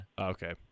Okay